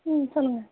ம் சொல்லுங்கள்